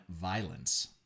Violence